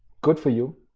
good for you.